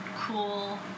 cool